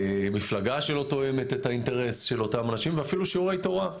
מפלגה שלא תואמת את האינטרס של אותם אנשים ואפילו שיעורי תורה.